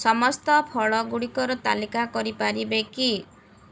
ସମସ୍ତ ଫଳଗୁଡ଼ିକର ତାଲିକା କରିପାରିବେ କି